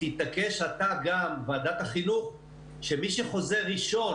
תתעקש אתה גם, ועדת החינוך, שמי שחוזר ראשון